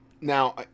Now